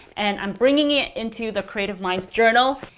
and i'm bringing it into the creative minds journal.